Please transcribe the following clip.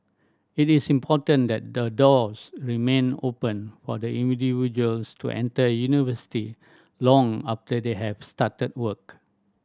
it is important that the doors remain open for individuals to enter university long after they have started work